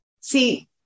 See